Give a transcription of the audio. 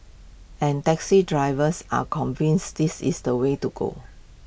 and taxi drivers are convinced this is the way to go